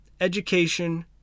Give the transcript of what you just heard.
education